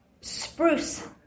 spruce